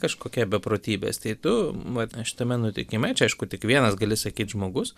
kažkokia beprotybės tai tu vat šitame nutikime čia aišku tik vienas gali sakyt žmogus